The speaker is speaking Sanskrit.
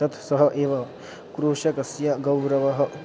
तत् सः एव कृषकस्य गौरवः